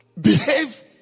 behave